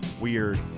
weird